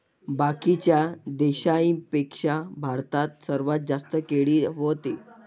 बाकीच्या देशाइंपेक्षा भारतात सर्वात जास्त केळी व्हते